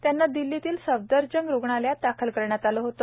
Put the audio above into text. त्यांना दिल्लीतील सफदरजंग रुग्णालयात दाखल करण्यात आले होते